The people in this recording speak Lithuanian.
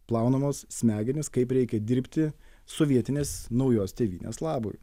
plaunamos smegenys kaip reikia dirbti sovietinės naujos tėvynės labui